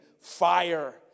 fire